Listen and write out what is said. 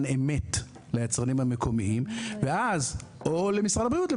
אמת ליצרנים המקומיים או למשרד הבריאות,